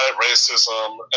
racism